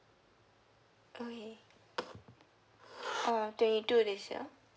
okay uh twenty two this year